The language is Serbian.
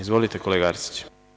Izvolite, kolega Arsiću.